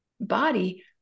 body